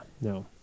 no